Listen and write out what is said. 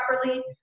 properly